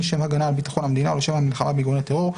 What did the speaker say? לשם הגנה על ביטחון המדינה או לשם המלחמה בארגוני טרור,